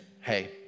hey